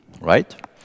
right